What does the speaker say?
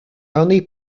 only